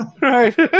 Right